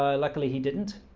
luckily, he didn't